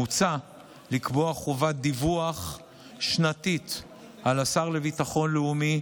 מוצע לקבוע חובת דיווח שנתית על השר לביטחון לאומי,